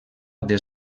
des